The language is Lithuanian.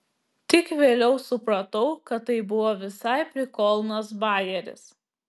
tik vėliau supratau kad tai buvo visai prikolnas bajeris